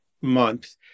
month